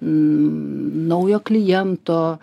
naujo kliento